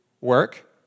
work